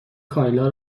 کایلا